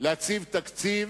להציב תקציב,